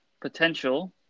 potential